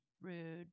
rude